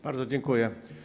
Bardzo dziękuję.